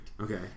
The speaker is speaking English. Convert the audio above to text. okay